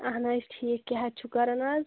اہن حظ ٹھیٖک کیاہ حظ چھوکران آز